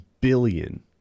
billion